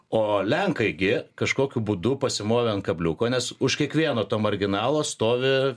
o lenkai gi kažkokiu būdu pasimovė ant kabliuko nes už kiekvieno to marginalo stovi